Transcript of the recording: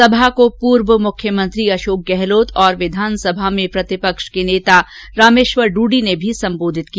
सभा को पूर्व मुख्यमंत्री अशोक गहलोत और विधानसभा में प्रतिपक्ष के नेता रामेश्वर डूडी ने भी सम्बोधित किया